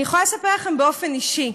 אני יכולה לספר לכם באופן אישי,